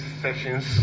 sessions